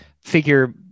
figure